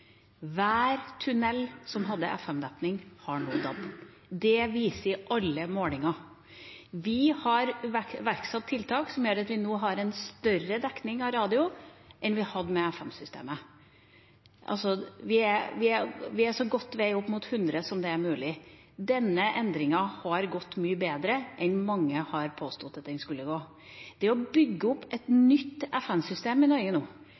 nå DAB. Det viser alle målinger. Vi har iverksatt tiltak som gjør at vi nå har større radiodekning enn vi hadde med FM-systemet. Vi er så godt på vei opp mot hundre som mulig. Denne endringen har gått mye bedre enn mange har påstått at den skulle gå. Det å bygge opp et nytt FM-system i Norge nå